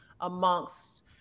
amongst